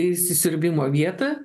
į įsisiurbimo vietą